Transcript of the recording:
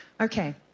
Okay